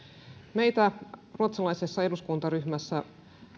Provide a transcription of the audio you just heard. meillä ruotsalaisessa eduskuntaryhmässä